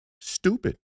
stupid